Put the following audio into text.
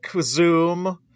zoom